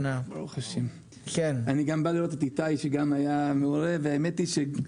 שגם היה מעורה בחקיקה,